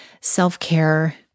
self-care